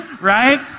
right